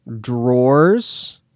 drawers